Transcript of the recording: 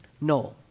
No